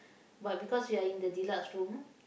but because we are in the deluxe room